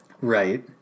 Right